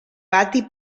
pati